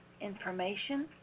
information